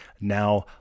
Now